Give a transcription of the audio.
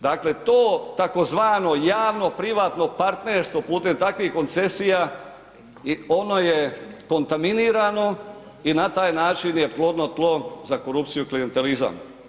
Dakle to tzv. javno-privatno partnerstvo putem takvih koncesija, ono je kontaminirano i na taj način je plodno tlo za korupciju i klijentelizam.